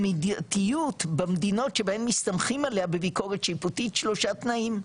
למדיניות במדינות שבהן מסתמכים עליה בביקורת שיפוטית שלושה תנאים,